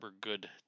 good